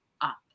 up